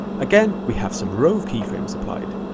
again, we have some rove keyframes applied.